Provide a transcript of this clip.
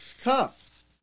tough